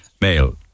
male